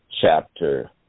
chapter